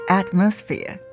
atmosphere